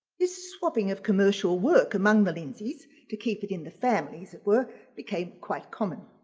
his swapping of commercial work among the lindsay's to keep it in the families were became quite common